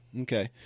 okay